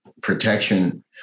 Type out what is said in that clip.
protection